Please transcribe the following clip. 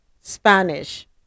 spanish